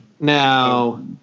Now